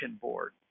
board